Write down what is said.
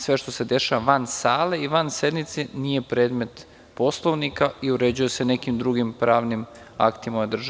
Sve što se dešava van sale i van sednice nije predmet Poslovnika i uređuje se nekim drugim pravnim aktima ove države.